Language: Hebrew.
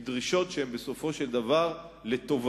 כי אלה דרישות שהן בסופו של דבר לטובתו,